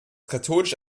katholisch